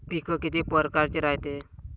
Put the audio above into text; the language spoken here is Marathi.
पिकं किती परकारचे रायते?